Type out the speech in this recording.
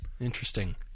Interesting